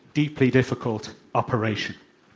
deeply difficult operation.